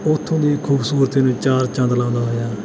ਉੱਥੋਂ ਦੀ ਖੂਬਸੂਰਤੀ ਵਿੱਚ ਚਾਰ ਚੰਦ ਲਗਾਉਂਦਾ ਹੋਇਆ